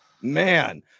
Man